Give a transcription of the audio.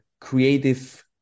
creative